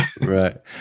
Right